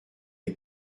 est